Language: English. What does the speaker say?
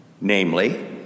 namely